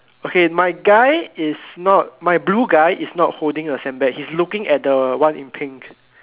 okay my guy is not my blue guy is not holding a sandbag he's looking at the one in pink